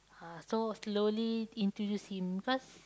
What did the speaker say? ah so slowly introduce him cause